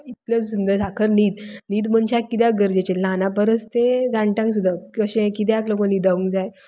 इतलो सुंदर साखर न्हिद न्हिद मनशाक कित्याक गरजेची ल्हाना परस ते जाणट्यांक सुदां कशें कित्याक लागून न्हदूंक जाय